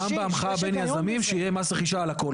אז גם בהמחאה בין יזמים, שיהיה מס רכישה על הכל.